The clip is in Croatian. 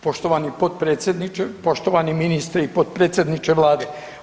Poštovani potpredsjedniče, poštovani ministre, potpredsjedniče Vlade.